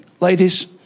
ladies